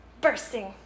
bursting